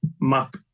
map